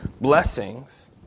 blessings